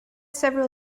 several